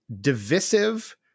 divisive